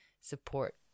support